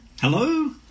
Hello